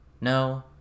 No